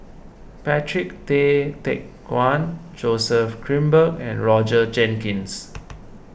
Patrick Tay Teck Guan Joseph Grimberg and Roger Jenkins